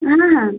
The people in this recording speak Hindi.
हाँ हाँ